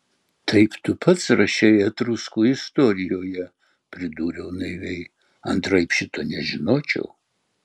taip tu pats rašei etruskų istorijoje pridūriau naiviai antraip šito nežinočiau